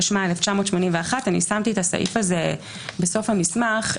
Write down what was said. התשמ"א 1981; שמתי את הסעיף הזה בסוף המסמך.